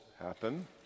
happen